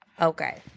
Okay